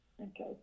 okay